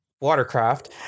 watercraft